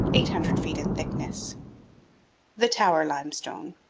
eight hundred feet in thickness the tower limestone,